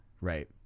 right